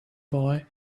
boy